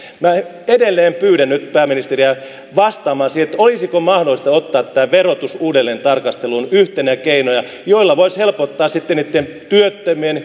minä edelleen pyydän nyt pääministeriä vastaamaan siihen olisiko mahdollista ottaa tämä verotus uudelleen tarkasteluun yhtenä keinona jolla voisi helpottaa sitten niitten työttömien